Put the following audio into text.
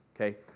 Okay